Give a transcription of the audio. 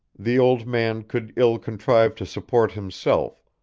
the old man could ill contrive to support himself,